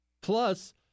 Plus